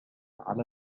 على